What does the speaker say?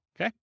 okay